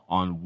on